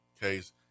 case